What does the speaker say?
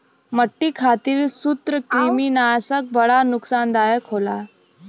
मट्टी खातिर सूत्रकृमिनाशक बड़ा नुकसानदायक होला